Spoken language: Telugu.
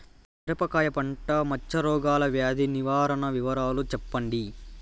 మిరపకాయ పంట మచ్చ రోగాల వ్యాధి నివారణ వివరాలు చెప్పండి?